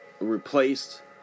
replaced